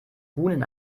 runen